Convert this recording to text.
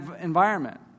environment